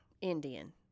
Indian